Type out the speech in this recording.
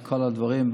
כל הדברים,